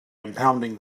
impounding